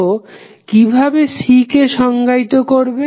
তো কিভাবে C কে সংজ্ঞায়িত করবে